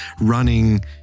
running